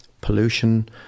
pollution